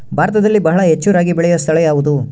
ಭಾರತದಲ್ಲಿ ಬಹಳ ಹೆಚ್ಚು ರಾಗಿ ಬೆಳೆಯೋ ಸ್ಥಳ ಯಾವುದು?